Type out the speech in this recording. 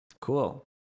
Cool